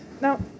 Now